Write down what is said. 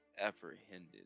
apprehended